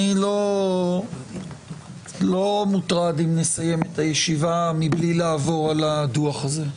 אני לא מוטרד אם נסיים את הישיבה מבלי לעבור על הדוח הזה.